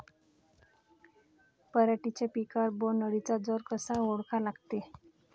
पराटीच्या पिकावर बोण्ड अळीचा जोर कसा ओळखा लागते?